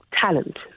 talent